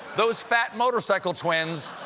those fat motorcycle twins,